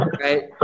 right